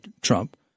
Trump